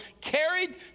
carried